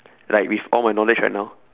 like with all my knowledge right now